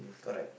correct